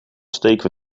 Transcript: steken